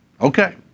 okay